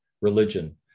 religion